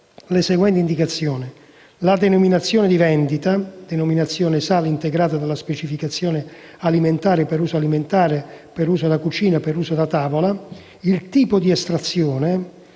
le seguenti indicazioni: